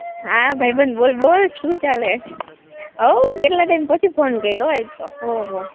હા ભાઈબંધ બોલ બોલ શું ચાલે હોવ કેટલા ટાઈમ પછી ફોન કયરો આજતો ઓહો